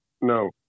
No